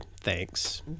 thanks